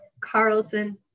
Carlson